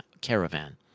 caravan